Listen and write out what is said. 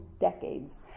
decades